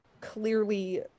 clearly